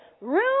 room